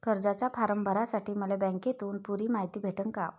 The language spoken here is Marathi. कर्जाचा फारम भरासाठी मले बँकेतून पुरी मायती भेटन का?